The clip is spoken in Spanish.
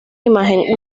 imagen